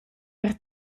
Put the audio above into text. per